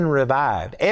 revived